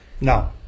now